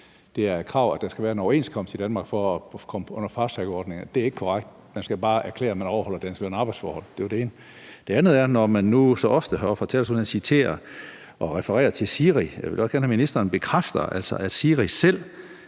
det er et krav, at der skal være en overenskomst i Danmark for at komme under fasttrackordningen. Det er ikke korrekt. Man skal bare erklære, at man overholder danske løn- og arbejdsforhold. Det var det ene. Det andet er: Man citerer og refererer ofte til SIRI heroppe fra talerstolen. Jeg vil gerne have, at ministeren bekræfter, at SIRI selv